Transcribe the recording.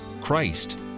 Christ